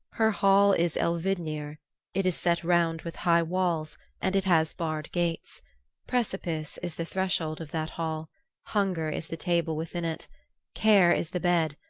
her hall is elvidnir it is set round with high walls and it has barred gates precipice is the threshold of that hall hunger is the table within it care is the bed,